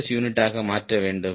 S யூனிட்டாக மாற்ற வேண்டும்